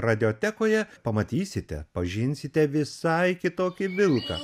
radiotekoje pamatysite pažinsite visai kitokį vilką